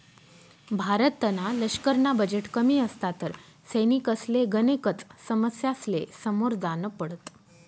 भारतना लशकरना बजेट कमी असता तर सैनिकसले गनेकच समस्यासले समोर जान पडत